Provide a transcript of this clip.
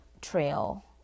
trail